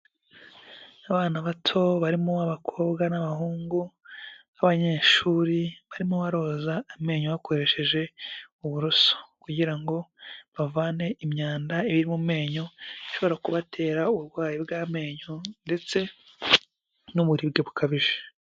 Abana bato barimo abakobwa n'abahungu b'abanyeshuri barimo baroza amenyo bakoresheje uburoso kugira ngo bavane imyanda iri mu menyo ishobora kubatera uburwayi bw'amenyo ndetse n'uburibwe bukabije.